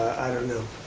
i don't know.